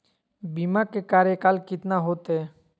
बीमा के कार्यकाल कितना होते?